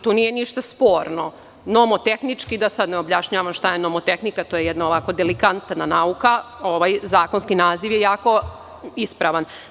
Tu nije ništa sporno nomo-tehnički, da sad ne objašnjavam šta je nomo-tehnika, to je jedna delikatna nauka, zakonski naziv je jako ispravan.